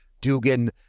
dugan